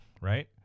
right